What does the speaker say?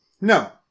No